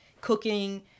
cooking